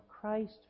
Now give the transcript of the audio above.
Christ